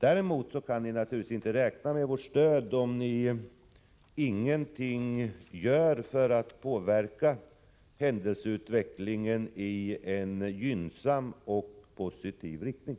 Däremot kan ni naturligtvis inte räkna med vårt stöd, om ni ingenting gör för att påverka händelseutvecklingen i en gynnsam och positiv riktning.